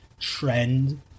trend